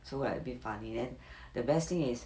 so like a bit funny then the best thing is